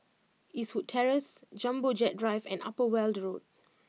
Eastwood Terrace Jumbo Jet Drive and Upper Weld Road